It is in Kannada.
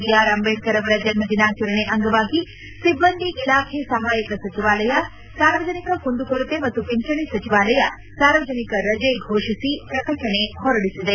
ಬಿ ಆರ್ ಅಂಬೇಡ್ತರ್ ಅವರ ಜನ್ಮದಿನಾಚರಣೆ ಅಂಗವಾಗಿ ಸಿಬ್ಬಂದಿ ಇಲಾಖೆ ಸಹಾಯಕ ಸಚಿವಾಲಯ ಸಾರ್ವಜನಿಕ ಕುಂದುಕೊರತೆ ಮತ್ತು ಪಿಂಚಣೆ ಸಚಿವಾಲಯ ಸಾರ್ವಜನಿಕ ರಜೆ ಘೋಷಿಸಿ ಪ್ರಕಟಣೆ ಹೊರಡಿಸಿದೆ